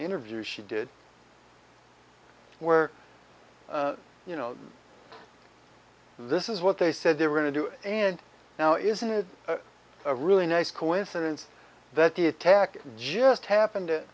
interview she did where you know this is what they said they were going to do now isn't it a really nice coincidence that the attack just happened